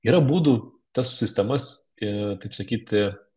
yra būdų tas sistemas a taip sakyti